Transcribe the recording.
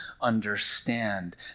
understand